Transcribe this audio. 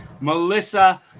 Melissa